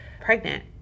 pregnant